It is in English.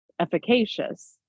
efficacious